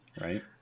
right